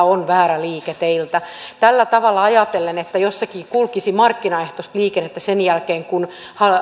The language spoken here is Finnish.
on väärä liike teiltä tällä tavalla ajatellen että jossakin kulkisi markkinaehtoista liikennettä sen jälkeen kun